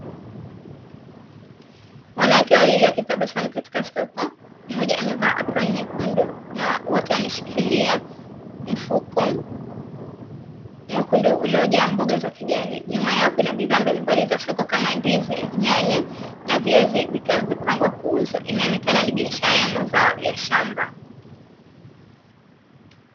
Wanawake wawili wakitabasamu katika soko, mmoja amevaa aproni nyekundu na wote wameshikilia mfuko mwekundu uliojaa mboga za kijani. Nyuma yao kuna bidhaa mbalimbali za soko, kama; ndizi, nyanya na viazi, vikiwa vimepangwa kuuzwa. Inaonekana ni biashara ya mazao ya shamba.